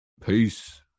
Peace